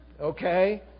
okay